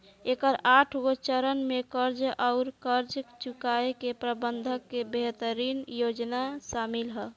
एकर आठगो चरन में कर्ज आउर कर्ज चुकाए के प्रबंधन के बेहतरीन योजना सामिल ह